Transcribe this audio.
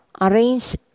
arrange